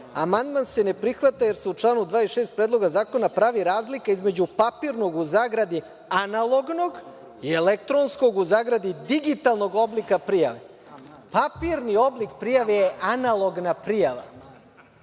amandman se ne prihvata jer se u članu 26. Predloga zakona pravi razlika između papirnog, u zagradi, analognog i elektronskog u zagradi, digitalnog oblika prijave. Papirni oblik prijave je analogna prijava?